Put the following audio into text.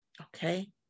okay